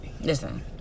Listen